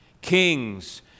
kings